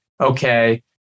okay